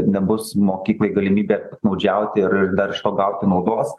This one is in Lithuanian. nebus mokyklai galimybė piknaudžiauti ir dar iš to gauti naudos